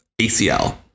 ACL